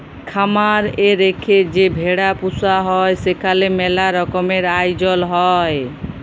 খামার এ রেখে যে ভেড়া পুসা হ্যয় সেখালে ম্যালা রকমের আয়জল হ্য়য়